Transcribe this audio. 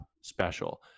special